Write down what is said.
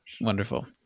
wonderful